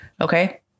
Okay